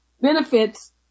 benefits